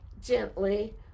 gently